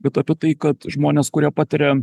bet apie tai kad žmonės kurie patiria